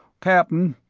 cap'n,